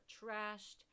trashed